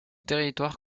territoire